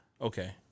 Okay